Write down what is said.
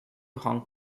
hong